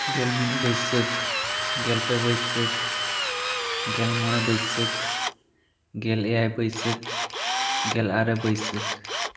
ᱜᱮᱞ ᱢᱤᱫ ᱵᱟ ᱭᱥᱟ ᱠ ᱜᱮᱞ ᱯᱮ ᱵᱟ ᱭᱥᱟ ᱠ ᱜᱮᱞ ᱢᱚᱬᱮ ᱵᱟ ᱭᱥᱟ ᱠ ᱜᱮᱞ ᱮᱭᱟᱭ ᱵᱟ ᱭᱥᱟ ᱠ ᱜᱮᱞ ᱟᱨᱮ ᱵᱟ ᱭᱥᱟ ᱠ